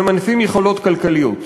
ממנפים יכולות כלכליות.